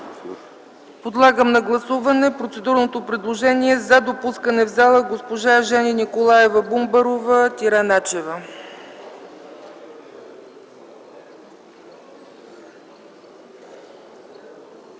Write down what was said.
Подлагам на гласуване процедурното предложение за допускане в пленарната зала на госпожа Жени Николаева Бумбарова-Начева.